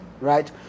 right